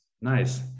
nice